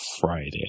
Friday